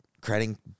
creating